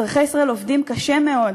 אזרחי ישראל עובדים קשה מאוד